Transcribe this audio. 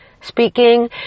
speaking